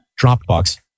Dropbox